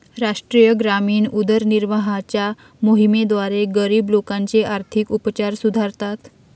राष्ट्रीय ग्रामीण उदरनिर्वाहाच्या मोहिमेद्वारे, गरीब लोकांचे आर्थिक उपचार सुधारतात